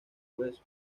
west